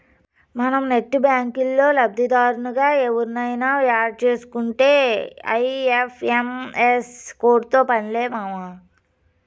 మనం నెట్ బ్యాంకిల్లో లబ్దిదారునిగా ఎవుర్నయిన యాడ్ సేసుకుంటే ఐ.ఎఫ్.ఎం.ఎస్ కోడ్తో పన్లే మామా